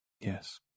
Yes